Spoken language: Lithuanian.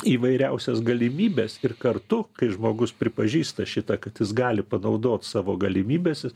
įvairiausias galimybes ir kartu kai žmogus pripažįsta šitą kad jis gali panaudot savo galimybes